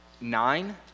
nine